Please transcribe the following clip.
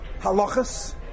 Halachas